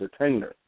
entertainer